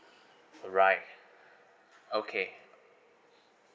alright okay